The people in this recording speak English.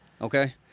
Okay